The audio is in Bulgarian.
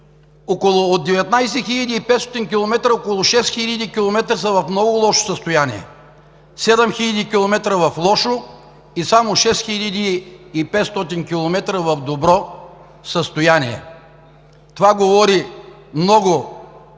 От 19 500 км около 6 хил. км са в много лошо състояние, 7 хил. км са в лошо и само 6,500 км са в добро състояние. Това говори много за